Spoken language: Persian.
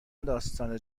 داستان